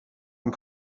and